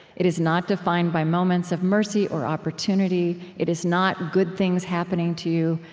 it is not defined by moments of mercy or opportunity it is not good things happening to you.